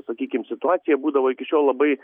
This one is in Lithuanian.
sakykim situacija būdavo iki šiol labai